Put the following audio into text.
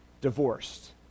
divorced